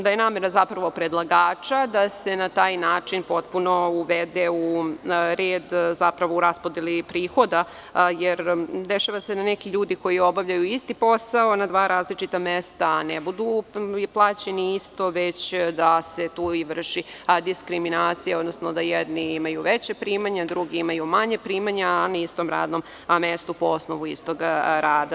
Zapravo, namera je predlagača da se na taj način potpuno uvede u red, zapravo, u raspodeli prihoda, jer dešava se da neki ljudi koji obavljaju isti posao na dva različita mesta ne budu plaćeni isto već da se tu vrši i diskriminacija, odnosno da jedni imaju veća primanja, drugi imaju manja primanja, a na istom radnom mestu po osnovu istog rada.